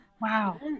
Wow